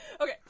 okay